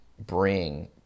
bring